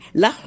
la